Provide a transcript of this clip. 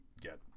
get